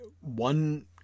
one